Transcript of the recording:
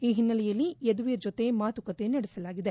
ಈ ಹಿನ್ನೆಲೆಯಲ್ಲಿ ಯದುವೀರ್ ಜೊತೆ ಮಾತುಕತೆ ನಡೆಸಿದ್ದಾರೆ